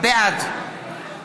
בעד